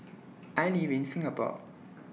I live in Singapore